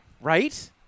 Right